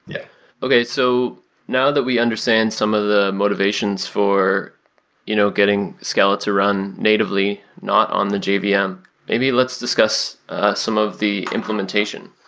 yeah okay. so now that we understand some of the motivations for you know getting scala to run natively, not on the jvm. yeah um maybe let's discuss ah some of the implementation.